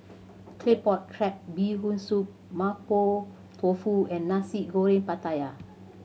Claypot Crab Bee Hoon Soup Mapo Tofu and Nasi Goreng Pattaya